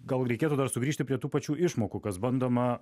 gal reikėtų dar sugrįžti prie tų pačių išmokų kas bandoma